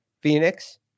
Phoenix